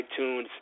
iTunes